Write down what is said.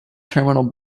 terminal